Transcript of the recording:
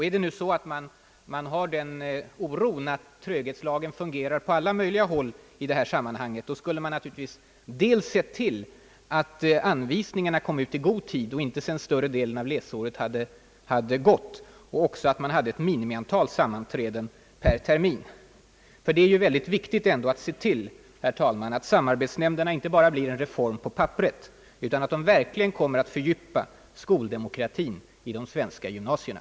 Är man nu orolig för att tröghetslagen fungerar i det här sammanhanget, borde man naturligtvis dels ha sett till att anvisningarna kommit ut i god tid och inte sedan större delen av läsåret redan gått, och dels borde man ha fastställt ett minimiantal sammanträden per termin. För det är mycket angeläget att se till att beslutet om samarbetsnämnder inte blir en reform som stannar på pappret utan i stället kommer att fördjupa skoldemokratin i de svenska gymnasierna.